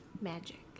Magic